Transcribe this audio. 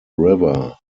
river